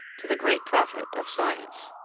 to the great profit of science.